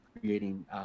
creating